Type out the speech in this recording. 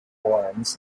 forms